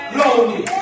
lonely